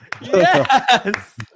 yes